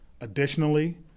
Additionally